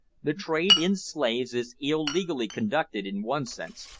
the trade in slaves is illegally conducted in one sense,